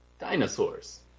dinosaurs